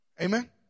Amen